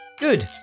Good